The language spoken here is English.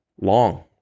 long